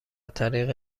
طریق